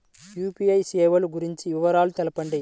UPI సేవలు గురించి వివరాలు తెలుపండి?